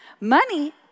Money